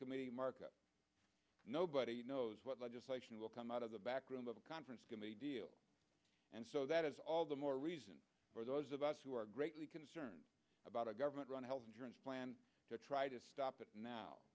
committee market nobody knows what legislation will come out of the backroom of the conference committee deal and so that is all the more reason for those of us who are greatly concerned about a government run health insurance plan to try to stop it now